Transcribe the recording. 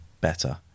better